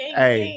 hey